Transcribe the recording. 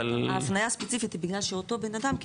ההפניה הספציפית היא בגלל שאותו בנאדם,